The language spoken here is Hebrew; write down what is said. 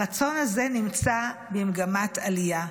הרצון הזה נמצא במגמת עלייה.